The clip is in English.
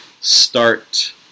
start